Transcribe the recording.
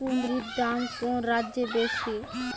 কুঁদরীর দাম কোন রাজ্যে বেশি?